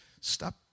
stop